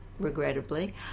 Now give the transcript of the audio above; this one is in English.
regrettably